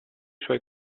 suoi